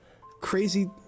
crazy